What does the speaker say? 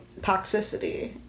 Toxicity